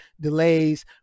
delays